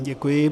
Děkuji.